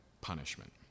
punishment